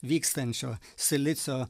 vykstančio silicio